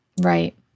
Right